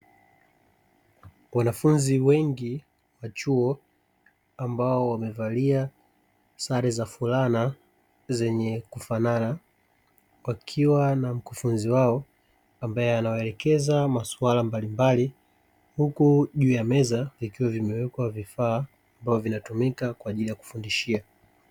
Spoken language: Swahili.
Wanafunzi wengi wa chuo ambao wamevalia sare za fulani zenye kufanana, wakiwa na mkufunzi wao anayewaelekeza maswala mbalimbali huku juu ya meza vikiwa vimewekwa vifaa ambavyo vinatumika kwa ajili ya kufundishia.